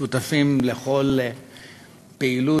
שותפים לכל פעילות,